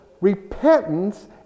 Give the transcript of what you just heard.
repentance